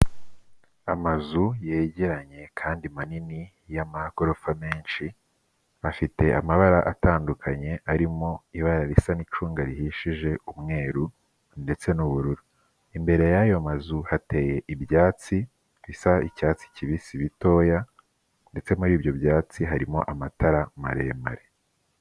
Amazu yegeranye kandi manini y'amagorofa menshi, afite amabara atandukanye arimo ibara risa n'icunga rihishije, umweru ndetse n'ubururu, imbere y'ayo mazu hateye ibyatsi bisa icyatsi kibisi bitoya ndetse muri ibyo byatsi harimo amatara maremare.